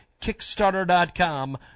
kickstarter.com